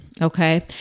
okay